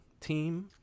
team